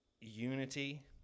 unity